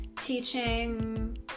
teaching